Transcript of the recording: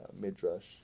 Midrash